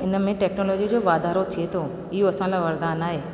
हिन में टेक्नोलॉजी जो वाधारो थिए थो इहो असां लाइ वरदानु आहे